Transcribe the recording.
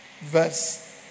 verse